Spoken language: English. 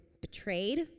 betrayed